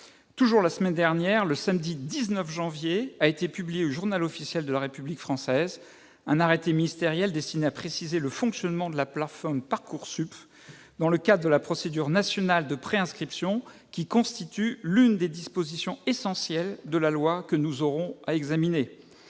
Toujours la semaine dernière, le samedi 20 janvier, a été publié au un arrêté ministériel destiné à préciser le fonctionnement de la plateforme « Parcoursup » dans le cadre de la procédure nationale de préinscription, qui constitue l'une des dispositions essentielles de la loi que nous aurons à examiner.